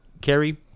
Carrie